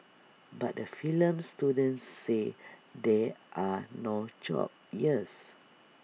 but the film students say there are no jobs here's